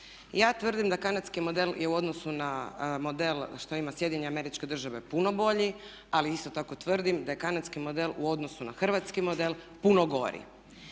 Ja tvrdim da kanadski model je u odnosu na model koji imaju SAD puno bolji, ali isto tako tvrdim da je kanadski model u odnosu na hrvatski model puno gori.